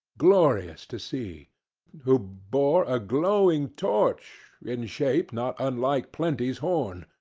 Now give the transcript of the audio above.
glorious to see who bore a glowing torch, in shape not unlike plenty's horn,